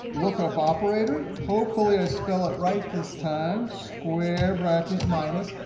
lookup operator. hopefully i spell it right this time, square bracket minus.